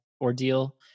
ordeal